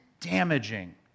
damaging